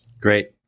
Great